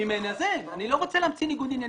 אני לא רוצה להמציא כאן ניגוד עניינים.